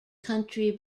country